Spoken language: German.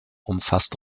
umfasst